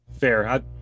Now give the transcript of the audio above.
Fair